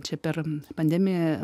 čia per pandemiją